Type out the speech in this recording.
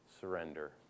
surrender